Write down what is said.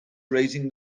raising